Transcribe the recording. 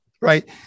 right